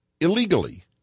illegally